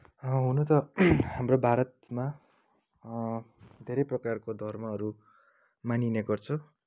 हुन त हाम्रो भारतमा धेरै प्रकारको धर्महरू मानिने गर्छ